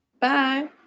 Bye